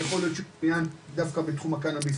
יכול להיות שהוא מעוניין דווקא בתחום הקנאביס